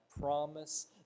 promise